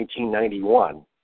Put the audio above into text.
1991